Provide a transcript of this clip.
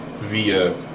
via